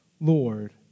Lord